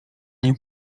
nie